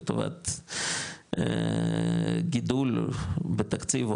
לטובת גידול בתקציב,